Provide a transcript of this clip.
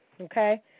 Okay